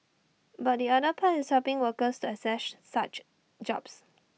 but the other part is helping workers to access such jobs